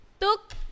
took